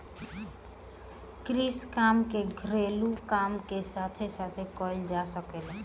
कृषि काम के घरेलू काम के साथे साथे कईल जा सकेला